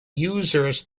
users